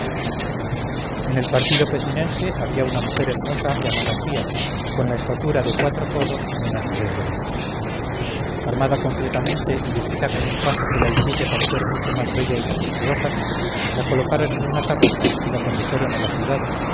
en el partido pecinense había una mujer hermosa llamada phya con la estatura de cuatro codos menos tres dedos armada completamente y vestida con un traje que la hiciese parecer mucho más bella y majestuosa la colocaron en una carroza y la condujeron a la ciudad